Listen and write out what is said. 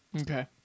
Okay